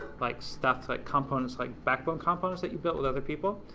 like stuff, like components, like backbone components that you built with other people,